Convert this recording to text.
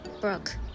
Brooke